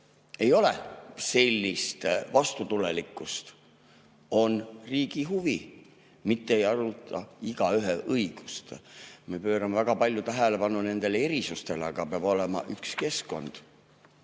ei ole sellist vastutulelikkust. On riigi huvi, mitte ei [arvestata] igaühe õigust. Me pöörame väga palju tähelepanu nendele erisustele, aga peab olema üks keskkond,